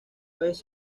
vez